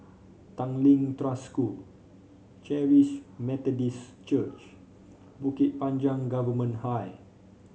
Tanglin Trust School Charis Methodist Church Bukit Panjang Government High